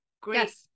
great